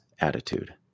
attitude